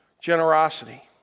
generosity